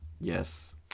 Yes